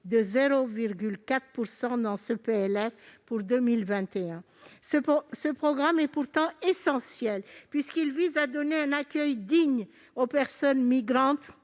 de 0,4 % dans ce PLF pour 2021. Ce programme est pourtant essentiel puisqu'il vise à donner un accueil digne aux personnes migrantes